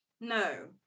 No